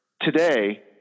today